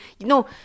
No